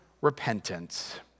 repentance